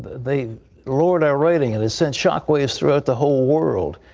they lowered our rating, and it sent shock waves throughout the whole world.